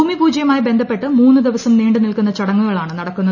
ഭൂമി പൂജയുമായി ബന്ധപ്പെട്ട് മൂന്നു ദിവസം നീണ്ടുനിൽക്കുന്ന ചടങ്ങുകളാണ് നടക്കുന്നത്